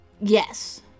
Yes